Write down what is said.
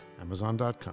Amazon.com